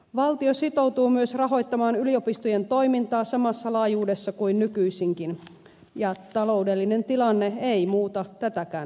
valtio sitoutuu myös rahoittamaan yliopistojen toimintaa samassa laajuudessa kuin nykyisinkin ja taloudellinen tilanne ei muuta tätäkään lähtökohtaa